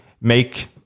make